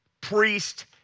priest